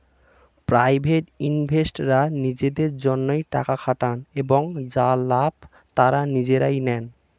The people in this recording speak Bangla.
প্রাইভেট ইনভেস্টররা নিজেদের জন্যে টাকা খাটান এবং যার লাভ তারা নিজেরাই নেন